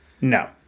no